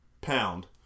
Pound